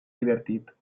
divertit